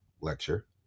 lecture